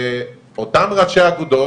ואותם ראשי אגודות,